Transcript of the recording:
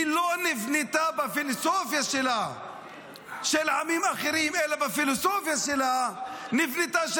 היא לא נבנתה בפילוסופיה של עמים אחרים אלא בפילוסופיה שלה היא נבנתה,